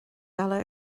eile